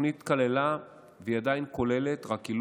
התוכנית כללה והיא עדיין כוללת כמה חלקים,